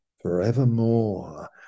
forevermore